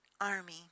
army